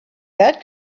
that